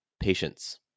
patience